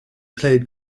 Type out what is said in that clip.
played